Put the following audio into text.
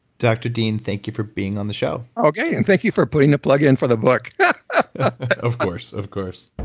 dr. dean, thank you for being on the show okay. and thank you for putting the plug in for the book yeah of course. of course